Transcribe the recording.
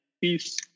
peace